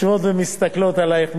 יושבות ומסתכלות עלייך,